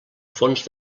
fons